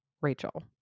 rachel